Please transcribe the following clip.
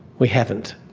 we haven't.